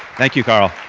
thank you carl.